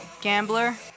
gambler